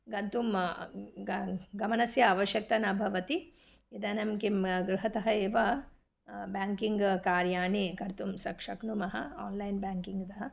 गन्तुं ग गमनस्य आवश्यकता न भवति इदानीं किं गृहतः एव बेङ्किङ्ग् कार्याणि कर्तुं सक् शक्नुमः आन्लैन् बेङ्किङ्ग् तः